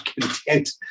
content